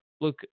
look